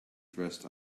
dressed